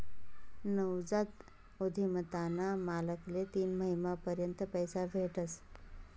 नवजात उधिमताना मालकले तीन महिना पर्यंत पैसा भेटस